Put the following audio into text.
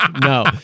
No